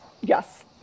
Yes